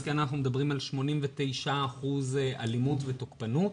אז אנחנו מדברים על 89% אלימות ותוקפנות,